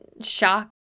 shock